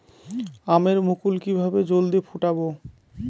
আমের মুকুল কিভাবে জলদি ফুটাব?